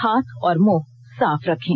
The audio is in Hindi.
हाथ और मुंह साफ रखें